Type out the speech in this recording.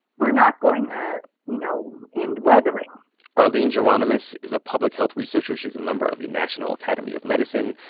we're not going ah you know, end weathering arline geronimus is a public health researcher. she's a member of the national academy of medicine.